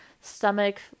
stomach